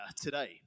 today